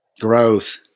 Growth